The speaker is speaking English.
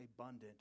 abundant